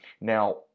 Now